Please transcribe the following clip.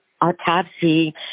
autopsy